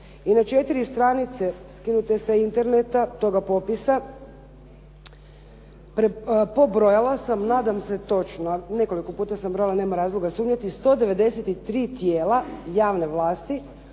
I na četiri stranice skinute sa interneta toga popisa pobrojala sam nadam se točno, nekoliko puta sam brojala, nema razloga sumnjati 193 tijela javne vlasti